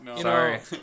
Sorry